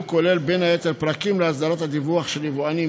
הוא כולל בין היתר פרקים להסדרת הדיווח של יבואנים,